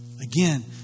Again